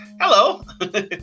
hello